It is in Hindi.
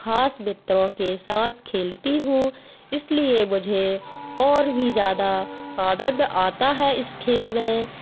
खास मित्रों के साथ खेलती हूँ इसलिए मुझे और भी ज्यादा आनंद आता है इस खेल में